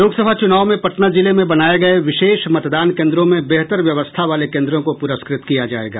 लोकसभा चुनाव में पटना जिले में बनाये गये विशेष मतदान केंद्रों में बेहतर व्यवस्था वाले केंद्रों को पुरस्कृत किया जायेगा